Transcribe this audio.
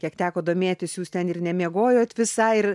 kiek teko domėtis jūs ten ir nemiegojot visai ir